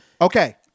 Okay